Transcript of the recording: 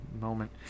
moment